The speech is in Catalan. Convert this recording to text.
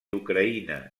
ucraïna